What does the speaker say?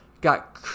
got